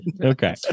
Okay